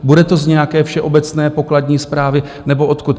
Bude to z nějaké všeobecné pokladní správy nebo odkud?